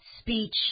speech